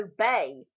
obey